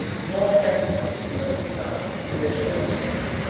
nor had the princes of the blood, in the twelfth century,